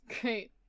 Great